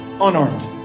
unarmed